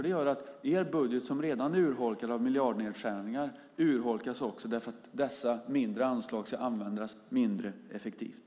Det gör att er budget som redan är urholkad av miljardnedskärningar urholkas också därför att dessa mindre anslag ska användas mindre effektivt.